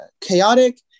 chaotic